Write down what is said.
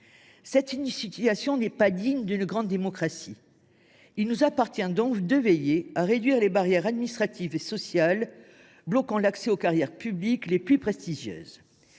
telle situation n’est pas digne d’une grande démocratie. Il nous appartient donc de veiller à réduire les barrières administratives et sociales qui bloquent l’accès aux carrières publiques les plus prestigieuses.